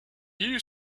you